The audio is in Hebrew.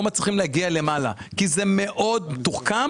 מצליחים להגיע למעלה כי זה מאוד מתוחכם.